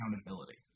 accountability